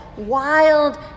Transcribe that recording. wild